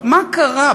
מה קרה?